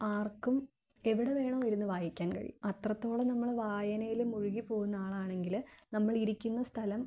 ആർക്കും എവിടെ വേണോ ഇരുന്ന് വായിക്കാൻ കഴിയും അത്രത്തോളം നമ്മൾ വായനയിൽ മുഴുകി പോകുന്ന ആളാണെങ്കിൽ നമ്മളിരിക്കുന്ന സ്ഥലം